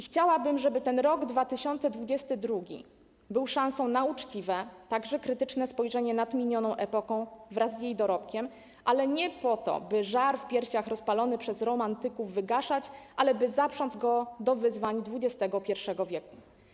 Chciałabym, żeby rok 2022 był szansą na uczciwe, także krytyczne spojrzenie na minioną epokę wraz z jej dorobkiem, ale nie po to, by żar w piersiach rozpalony przez romantyków wygaszać, ale by zaprząc go do wyzwań XXI w.